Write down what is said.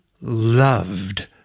loved